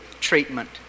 treatment